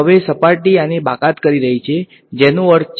અને હવે સપાટી આને બાકાત કરી રહી છે જે અહીં S ઉપરનો અર્થ છે બરાબર છે